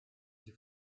sie